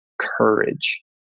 courage